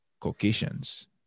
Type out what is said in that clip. Caucasians